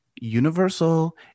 Universal